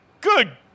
Good